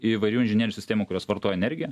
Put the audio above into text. įvairių inžinerinių sistemų kurios vartoja energiją